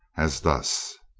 as thus